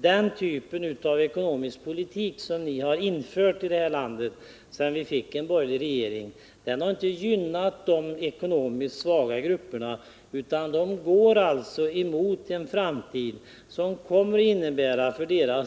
Den typ av ekonomisk politik som ni har infört i det här landet, sedan vi fick en borgerlig regering, har inte gynnat de ekonomiskt svaga grupperna. De går mot en framtid som för deras del kommer att innebära